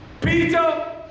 Peter